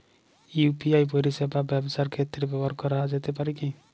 UPI পরিষেবা ব্যবসার ক্ষেত্রে ব্যবহার করা যেতে পারে কি?